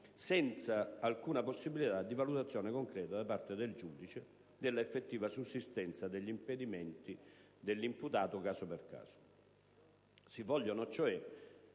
senza alcuna possibilità di valutazione concreta, da parte del giudice, della effettiva sussistenza degli impedimenti dell'imputato caso per caso.